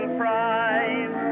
pride